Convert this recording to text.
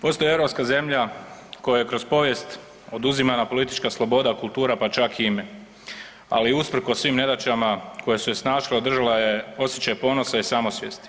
Postoji europska zemlja kojoj je kroz povijest oduzimana politička sloboda, kultura, pa čak i ime, ali usprkos svim nedaćama koje su je snašle, održala je osjećaj ponosi i samosvijesti.